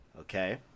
okay